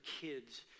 kids